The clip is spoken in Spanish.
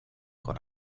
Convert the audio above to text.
con